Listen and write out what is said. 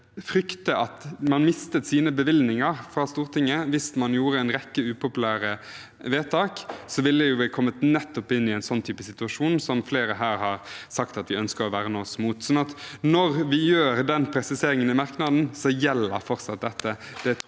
frykte at man mistet sine bevilgninger fra Stortinget hvis man gjorde en rekke upopulære vedtak, ville vi kommet i en type situasjon som flere her har sagt at vi ønsker å verne oss mot. Så når vi gjør den presiseringen i merknaden, gjelder fortsatt dette.